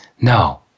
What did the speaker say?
no